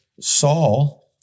Saul